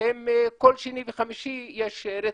שכל שני וחמישי יש רצח,